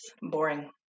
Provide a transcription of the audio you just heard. boring